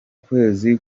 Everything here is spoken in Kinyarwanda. kwezi